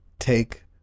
take